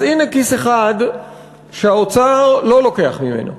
אז הנה כיס אחד שהאוצר לא לוקח ממנו,